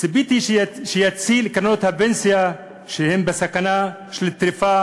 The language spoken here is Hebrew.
ציפיתי שיציל את קרנות הפנסיה, שהן בסכנה של טריפה